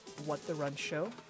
whattherunshow